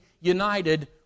united